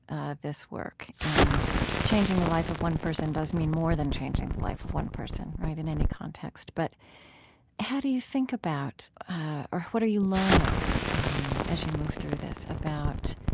this work, and changing the life of one person does mean more than changing the life of one person, right, in any context but how do you think about or what are you learning as you move through this about,